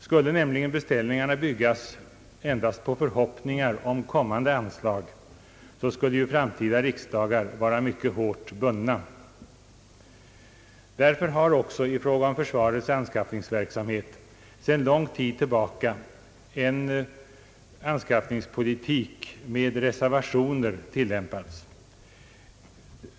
Skulle nämligen beställningarna byggas endast på förhoppningar om kommande anslag, skulle framtida riksdagar vara mycket hårt bundna. Därför har också i fråga om försvarets anskaffningsverksamhet sedan lång tid en anskaffningspolitik med reservationer tillämpats.